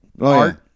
art